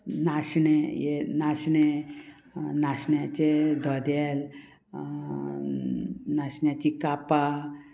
नाशणें ये नाशणें नाशण्याचें धोदेल नाशण्याची कापां